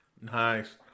Nice